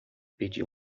pedir